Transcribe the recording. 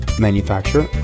manufacturer